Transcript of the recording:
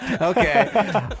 Okay